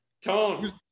Tone